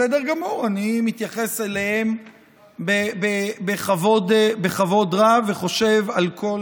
בסדר גמור, אני מתייחס אליהם בכבוד רב וחושב על כל